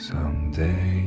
Someday